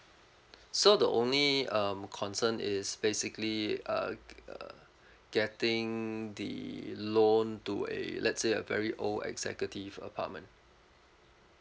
so the only um concern is basically uh uh getting the loan to a let's say a very old executive apartment